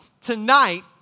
Tonight